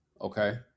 Okay